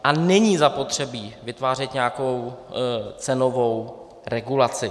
A není zapotřebí vytvářet nějakou cenovou regulaci.